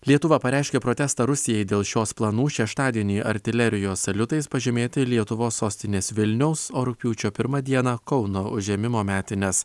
lietuva pareiškė protestą rusijai dėl šios planų šeštadienį artilerijos saliutais pažymėti lietuvos sostinės vilniaus o rugpjūčio pirmą dieną kauno užėmimo metines